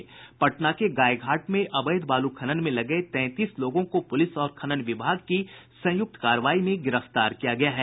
पटना के गायघाट में अवैध बालू खनन में लगे तैंतीस लोगों को पुलिस और खनन विभाग की संयुक्त कार्रवाई में गिरफ्तार किया गया है